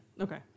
Okay